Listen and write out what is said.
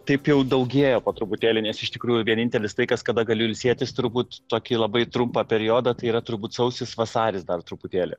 taip jau daugėja po truputėlį nes iš tikrųjų vienintelis laikas kada galiu ilsėtis turbūt tokį labai trumpą periodą tai yra turbūt sausis vasaris dar truputėlį